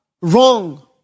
wrong